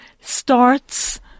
starts